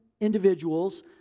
individuals